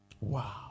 Wow